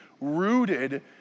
rooted